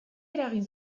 eragin